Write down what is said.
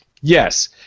Yes